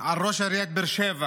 ראש עיריית באר שבע